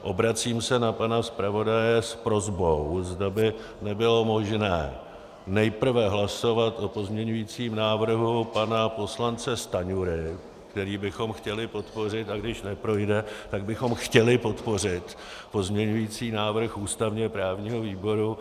Obracím se na pana zpravodaje s prosbou, zda by nebylo možné nejprve hlasovat o pozměňujícím návrhu pana poslance Stanjury, který bychom chtěli podpořit, a když neprojde, tak bychom chtěli podpořit pozměňující návrh ústavněprávního výboru.